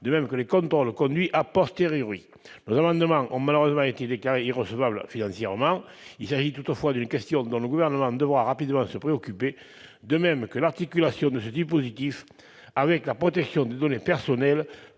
de même que les contrôles conduits. Nos amendements ont malheureusement été déclarés irrecevables financièrement. Il s'agit toutefois d'une question dont le Gouvernement devra rapidement se préoccuper, de même que de l'articulation de ce dispositif avec la protection des données personnelles,